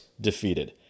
defeated